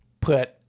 put